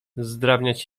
zdrabniać